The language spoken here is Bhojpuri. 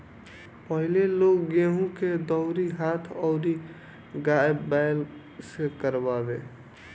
पहिले लोग गेंहू के दवरी हाथ अउरी गाय बैल से करवावे